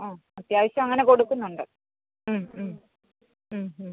ആ അത്യാവശ്യം അങ്ങനെ കൊടുക്കുന്നുണ്ട് മ്മ് മ്മ് മ്മ് മ്മ്